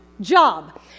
job